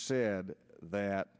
said that